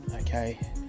okay